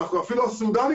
אפילו הסודנים,